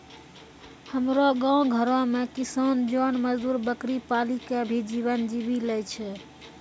हमरो गांव घरो मॅ किसान जोन मजदुर बकरी पाली कॅ भी जीवन जीवी लॅ छय